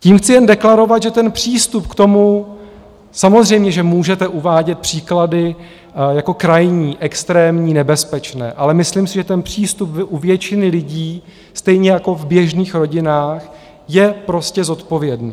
Tím chci jen deklarovat, že ten přístup k tomu, samozřejmě že můžete uvádět příklady jako krajní, extrémní, nebezpečné, ale myslím si, že ten přístup u většiny lidí stejně jako v běžných rodinách je prostě zodpovědný.